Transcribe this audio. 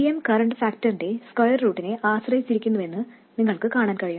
gm current ഫാക്ടറിന്റെ square റൂട്ടിനെ ആശ്രയിച്ചിരിക്കുന്നുവെന്ന് നിങ്ങൾക്ക് കാണാൻ കഴിയും